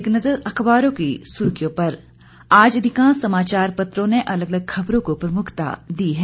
एक नजर अखबारों की सुर्खियों पर आज अधिकांश समाचार पत्रों ने अलग अलग खबरों को प्रमुखता दी है